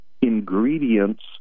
ingredients